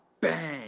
Bang